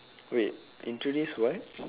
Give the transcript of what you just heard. wait in today's what